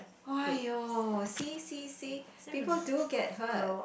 !aiyo! see see see people do get hurt